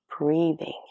Breathing